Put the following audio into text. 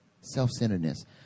self-centeredness